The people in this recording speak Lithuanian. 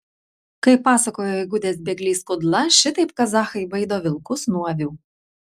kaip pasakojo įgudęs bėglys kudla šitaip kazachai baido vilkus nuo avių